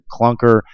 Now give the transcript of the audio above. clunker